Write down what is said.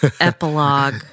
Epilogue